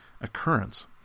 occurrence